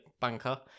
banker